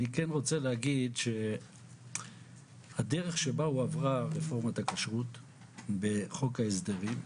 אני כן רוצה להגיד שהדרך שבה הועברה רפורמת הכשרות בחוק ההסדרים,